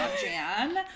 Jan